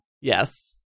Yes